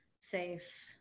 safe